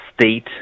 state